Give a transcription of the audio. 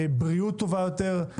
בריאות טובה יותר,